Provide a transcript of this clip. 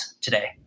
today